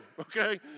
okay